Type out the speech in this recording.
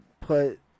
put